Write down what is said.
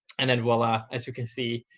and then voila. as you can see,